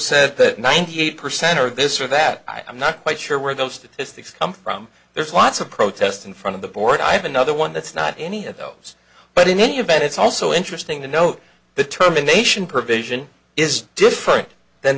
says that ninety eight percent of this or that i'm not quite sure where those statistics come from there's lots of protest in front of the board i have another one that's not any of those but in any event it's also interesting to note the terminations provision is different than